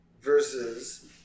versus